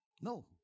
No